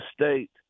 state